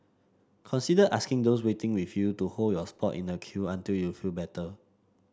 consider asking those waiting with you to hold your spot in the queue until you feel better